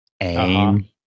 Aim